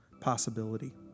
possibility